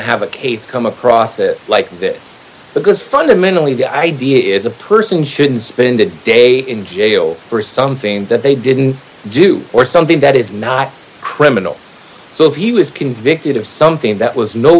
have a case come across like this because fundamentally the idea is a person should spend a day in jail for something that they didn't do or something that is not criminal so he was convicted of something that was no